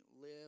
live